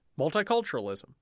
multiculturalism